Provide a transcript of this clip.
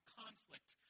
conflict